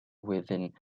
within